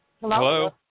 Hello